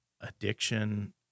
addiction